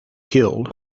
killed